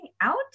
out